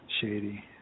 shady